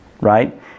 Right